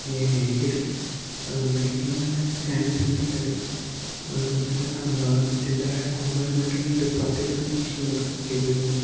എനിക്കൊരു medical and scanning സെൻ്ററിൻ്റെ ഒരു ബിസിനസ്സാണുള്ളത് എൻ്റെ കുടുബപരമായിട്ടുതന്നെ ഒരു പത്തിരുപത്തിയഞ്ചു വർഷംകൊണ്ട് ബിസിനസ് ചെയ്തുവരുന്നു